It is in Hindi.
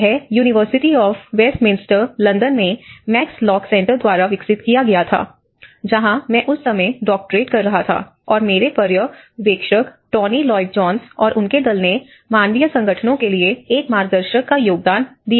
यह यूनिवर्सिटी ऑफ वेस्टमिंस्टर लंदन में मैक्स लॉक सेंटर द्वारा विकसित किया गया था जहां मैं उस समय डॉक्टरेट कर रहा था और मेरे पर्यवेक्षक टोनी लॉयड जोन्स और उनके दल ने मानवीय संगठनों के लिए एक मार्गदर्शक का योगदान दिया